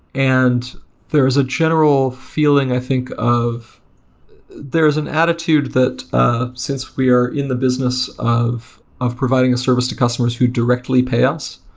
and there's a general feel ing i think of there's an attitude that ah since we are in the business of of providing a service to customers who directly pay us,